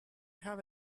have